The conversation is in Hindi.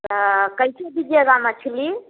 तो कैसे दीजिएगा मछली